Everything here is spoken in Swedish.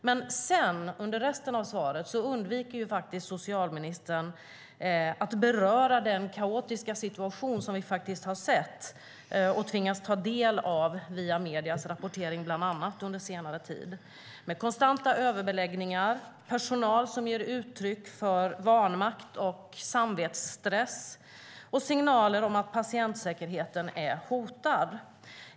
Men under resten av svaret undviker socialministern att beröra den kaotiska situation som vi har sett och tvingats ta del av bland annat via mediernas rapportering under senare tid. Det handlar konstanta överbeläggningar, personal som ger uttryck för vanmakt och samvetsstress och signaler om att patientsäkerheten är hotad.